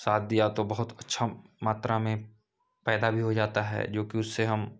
साथ दिया तो बहुत अच्छा मात्रा में पैदा भी हो जाता है जोकि उससे हम